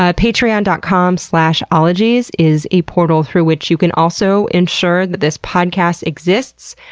ah patreon dot com slash ologies is a portal through which you can also ensure that this podcast exists.